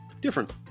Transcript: Different